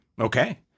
Okay